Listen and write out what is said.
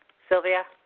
silvia?